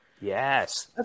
Yes